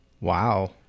Wow